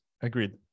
Agreed